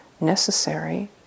necessary